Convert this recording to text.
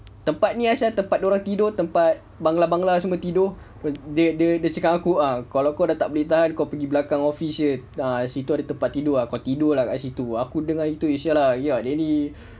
tempat ini ah siak tempat dia orang tidur tempat bangla bangla semua tidur dia dia cakap dengan aku kalau kau dah tak boleh tahan kau pergi belakang office aje situ ada tempat tidur kau tidurlah kat situ kau dengar gitu aku eh !siala! dia ni